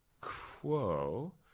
quo